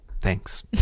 thanks